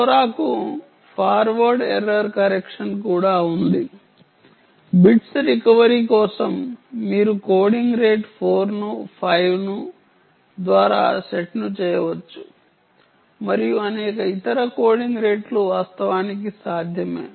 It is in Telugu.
లోరాకు ఫార్వర్డ్ ఎర్రర్ కరెక్షన్ కూడా ఉంది బిట్స్ రికవరీ కోసం మీరు కోడింగ్ రేట్ 4 ను 5 ద్వారా సెట్ చేయవచ్చు మరియు అనేక ఇతర కోడింగ్ రేట్లు వాస్తవానికి సాధ్యమే